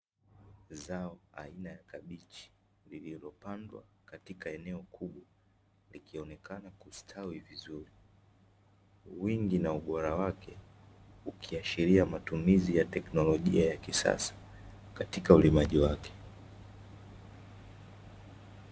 Zao aina ya kabichi lililopandwa katika eneo kubwa, likionekana kustawi vizuri wingi na ubora wake ukiashira matumizi ya teknolojia ya kisasa katika ulimaji wake.